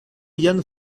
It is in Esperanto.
jam